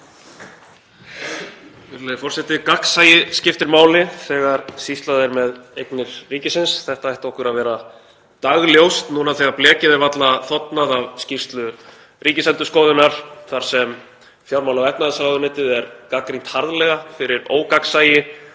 Þetta ætti okkur að vera dagljóst núna þegar blekið er varla þornað af skýrslu Ríkisendurskoðunar þar sem fjármála- og efnahagsráðuneytið er gagnrýnt harðlega fyrir ógagnsæi